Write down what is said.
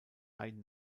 ein